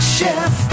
chef